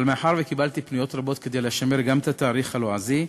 אבל מאחר שקיבלתי פניות רבות כדי לשמר גם את התאריך הלועזי,